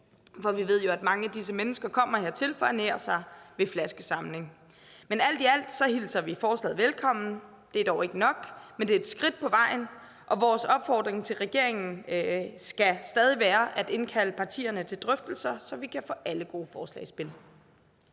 for vi ved jo, at mange af disse mennesker kommer hertil for at ernære sig ved flaskeindsamling. Men alt i alt hilser vi forslaget velkommen. Det er dog ikke nok, men det er et skridt på vejen, og vores opfordring til regeringen skal stadig være at indkalde partierne til drøftelser, så vi kan få alle gode forslag i spil.